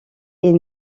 est